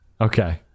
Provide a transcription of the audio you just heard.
okay